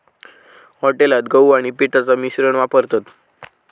हॉटेलात गहू आणि पिठाचा मिश्रण वापरतत